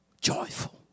joyful